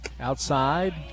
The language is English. outside